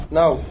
now